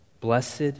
Blessed